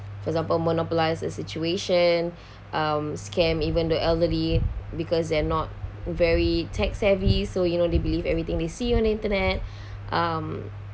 for example monopolised the situation um scam even the elderly because they're not very tech-savvy so you know they believe everything they see on the internet um